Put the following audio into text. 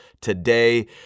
today